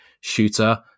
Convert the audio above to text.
shooter